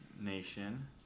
nation